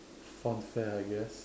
fun fair I guess